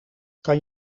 kan